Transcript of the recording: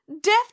deaf